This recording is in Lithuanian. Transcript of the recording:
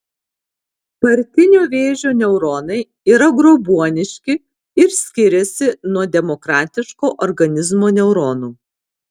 partinio vėžio neuronai yra grobuoniški ir skiriasi nuo demokratiško organizmo neuronų